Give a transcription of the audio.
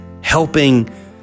helping